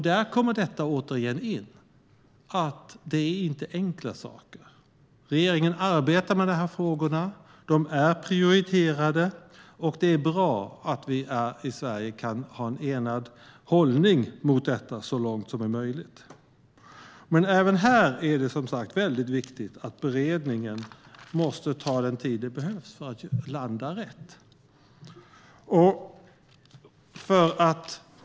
Där kommer det återigen in att det inte är enkla saker. Regeringen arbetar med de här frågorna. De är prioriterade. Det är bra att vi i Sverige kan ha en enad hållning mot detta så långt som det är möjligt. Men även här är det, som sagt, väldigt viktigt att beredningen måste ta den tid som behövs för att det ska landa rätt.